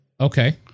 Okay